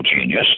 genius